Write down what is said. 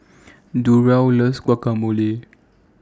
Durell loves Guacamole